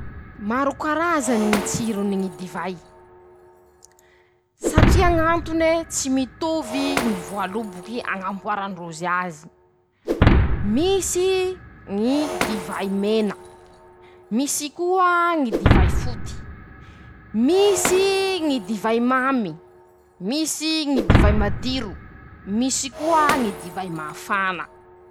Maro karazany ñy tsirony ñy divay. <ptoa>satria ñ'antone. tsy mitovy ñy voaloboky añamboaran-drozy azy: -Misy ñy divay mena. misy koa ñy divay foty. misy ñy divay mamy. misy ñy divay madiro. misy koa ñy divay mafana.